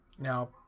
Now